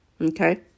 Okay